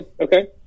okay